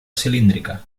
cilíndrica